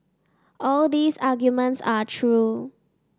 all these arguments are true